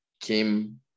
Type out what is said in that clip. came